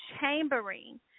chambering